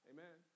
Amen